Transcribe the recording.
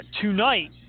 Tonight